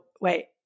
wait